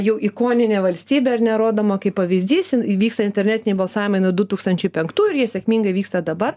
jau ikoninė valstybė ar ne rodoma kaip pavyzdys ir įvyksta internetiniai balsavimai nuo du tūkstančiai penktųjų ir jie sėkmingai vyksta dabar